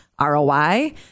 ROI